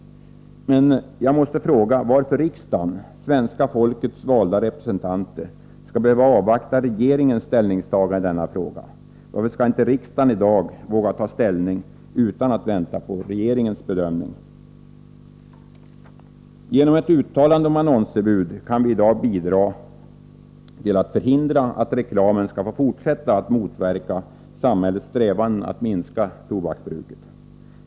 Men jag måste fråga varför riksdagen — svenska folkets valda representanter — skulle behöva avvakta regeringens ställningstagande i denna fråga? Varför skall inte riksdagen i dag våga ta ställning utan att vänta på regeringens bedömning? Genom ett uttalande om annonsförbud kan vi i dag bidra till att förhindra att reklamen skall få fortsätta att motverka samhällets strävanden att minska tobaksbruket.